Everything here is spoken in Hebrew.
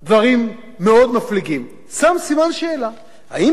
הוא שם סימן שאלה: האם באמת מדובר בשטח כבוש?